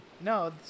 No